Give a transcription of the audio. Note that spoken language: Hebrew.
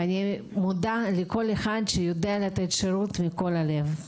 ואני מודה לכל אחד שיודע לתת שירות מכל הלב.